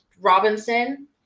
Robinson